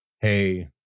hey